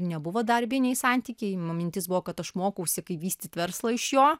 nebuvo darbiniai santykiai man mintis buvo kad aš mokausi kaip vystyt verslą iš jo